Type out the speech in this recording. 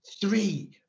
three